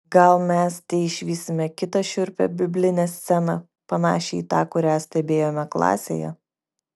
gal mes teišvysime kitą šiurpią biblinę sceną panašią į tą kurią stebėjome klasėje